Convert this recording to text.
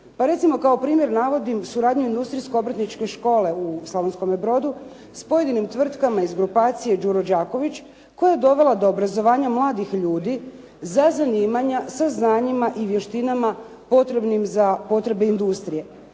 Pa recimo kao primjer navodim suradnju industrijsko-obrtničke škole u Slavonskome Brodu s pojedinim tvrtkama iz grupacije Đuro Đaković koja je dovela do obrazovanja mladih ljudi za zanimanja sa znanjima i vještinama potrebnim za potrebe industrije.